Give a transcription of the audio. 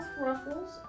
Ruffles